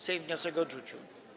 Sejm wniosek odrzucił.